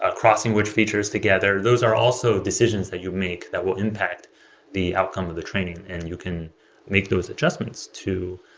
ah crossing which features together, those are also decisions that you make that will impact the outcome of the training and you can make those adjustments to